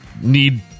need